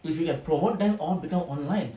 if you can promote them all become online